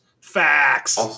Facts